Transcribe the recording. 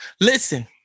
Listen